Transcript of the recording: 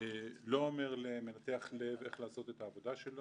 לא אומר למנתח לב איך לעשות את עבודתו.